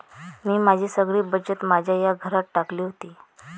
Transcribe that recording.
मी माझी सगळी बचत माझ्या या घरात टाकली होती